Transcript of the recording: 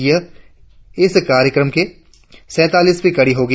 यह इस कार्यक्रम की सैंतालीसवी कड़ी होगी